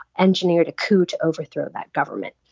engineered a coup to overthrow that government.